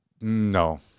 No